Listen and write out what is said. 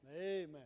Amen